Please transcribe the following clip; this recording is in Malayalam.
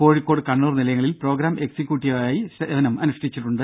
കോഴിക്കോട് കണ്ണൂർ നിലയങ്ങളിൽ പ്രോഗ്രാം എക്സിക്യൂട്ടീവായി സേവനമനുഷ്ഠിച്ചിട്ടുണ്ട്